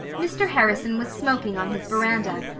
mr. harrison was smoking on his veranda.